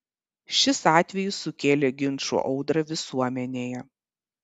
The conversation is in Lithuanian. šis atvejis sukėlė ginčų audrą visuomenėje